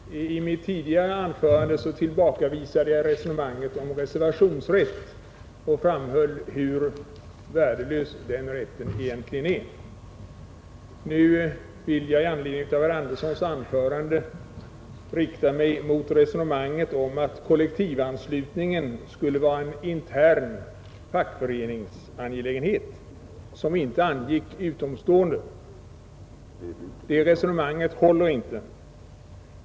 Fru talman! I mitt tidigare anförande tillbakavisade jag resonemanget om reservationsrätten och framhöll hur begränsat värde den rätten egentligen har. Nu vill jag i anledning av herr Anderssons i Stockholm anförande rikta mig mot resonemanget om att kollektivanslutningen skulle vara en intern fackföreningsangelägenhet som inte angick utomstående. Det resonemanget håller inte.